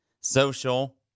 social